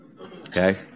okay